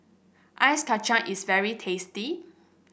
Ice Kachang is very tasty